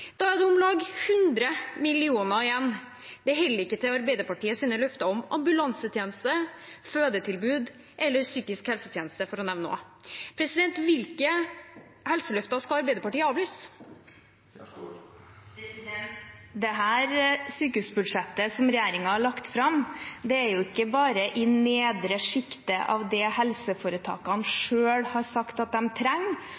Da er det om lag 100 millioner igjen. Det holder ikke til Arbeiderpartiets løfter om ambulansetjeneste, fødetilbud eller psykisk helsetjeneste, for å nevne noe. Hvilke helseløfter skal Arbeiderpartiet avlyse? Dette sykehusbudsjettet som regjeringen har lagt fram, er jo ikke bare i det nedre sjiktet av det helseforetakene